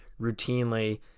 routinely